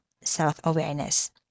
self-awareness